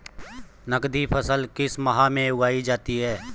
नकदी फसल किस माह उगाई जाती है?